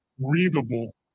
readable